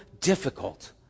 difficult